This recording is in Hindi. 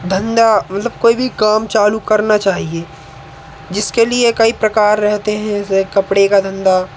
धंधा मतलब कोई भी काम चालू करना चाहिए जिसके लिए कई प्रकार रहते हैं जैसे कपड़े का धंधा